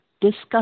discuss